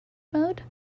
mode